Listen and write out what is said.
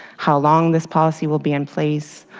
how long this policy will be in place,